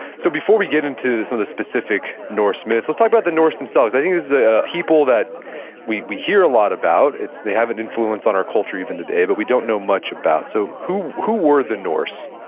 so before we get into some of the specific norse myths, let's talk about the norse themselves. i think this is a people that we we hear a lot about. they have an influence on our culture even today, but we don't know much about. so who who were the norse?